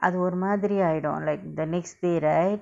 அது ஒரு மாதிரி ஆகிடு:athu oru mathiri aakidu like the next day right